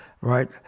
right